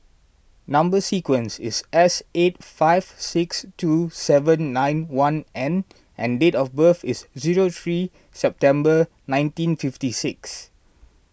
Number Sequence is S eight five six two seven nine one N and date of birth is zero three September nineteen fifty six